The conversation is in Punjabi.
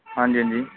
ਹਾਂਜੀ ਹਾਂਜੀ